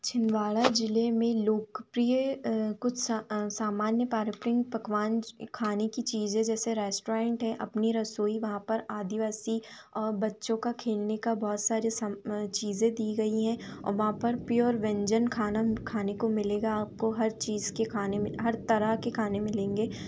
छिंदवाड़ा जिले में लोकप्रिय कुछ सा सामान्य पारम्परिक पकवान खाने की चीज़ें जैसे रेस्टोरेंट हैं अपनी रसोई वहाँ पर आदिवासी और बच्चों का खेलने का बहुत सारे साम चीज़ें दी गई हैं और वहाँ पर प्योर व्यंजन खाना खाने को मिलेगा आपको हर चीज़ के खाने में हर तरह के खाने मिलेंगे